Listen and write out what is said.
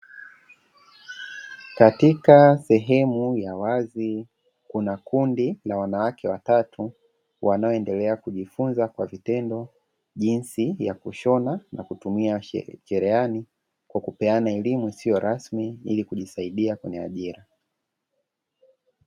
Katika sehemu ya wazi kuna kundi la wanawake watatu wanaoendelea kujifunza kwa vitendo jinsi ya kushona na kutumia cherehani kwa kupeana elimu isiyo rasmi ili kujisaidia kwenye ajira.